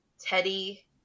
Teddy